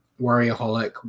Warriorholic